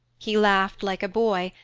he laughed like a boy,